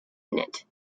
unit